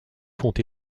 font